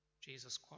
Jesus